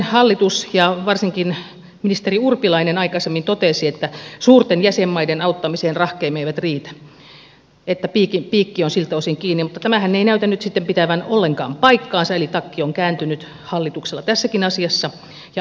hallitus ja varsinkin ministeri urpilainen aikaisemmin totesi että suurten jäsenmaiden auttamiseen rahkeemme eivät riitä ja piikki on siltä osin kiinni mutta tämähän ei näytä nyt sitten pitävän ollenkaan paikkaansa eli takki on kääntynyt hallituksella tässäkin asiassa ja avainministereillä